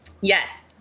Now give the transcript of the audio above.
Yes